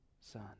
son